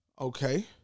Okay